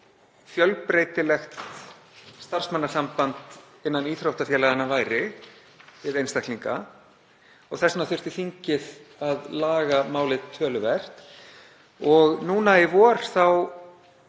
fjölbreytilegt starfsmannasamband innan íþróttafélaganna væri við einstaklinga. Þess vegna þurfti þingið að laga málið töluvert. Og núna í vor